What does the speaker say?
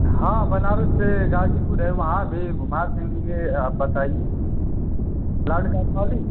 हाँ बनारस से गाजीपुर है वहाँ से घुमा देंगे आप बताइए कार्ड रखवा लीं